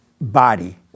body